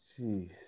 Jeez